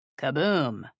Kaboom